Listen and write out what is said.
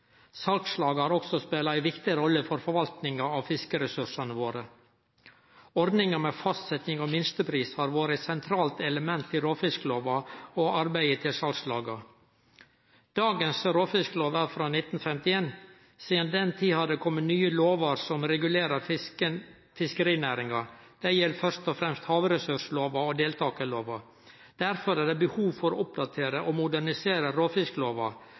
Salslaga har også spela ei viktig rolle i forvaltninga av fiskeressursane våre. Ordninga med fastsetjing av minstepris har vore eit sentralt element i råfisklova og arbeidet til salslaga. Dagens råfisklov er frå 1951. Sidan den tid har det komme nye lover som regulerer fiskerinæringa. Det gjeld først og fremst havressurslova og deltakarlova. Derfor er det behov for å oppdatere og modernisere råfisklova.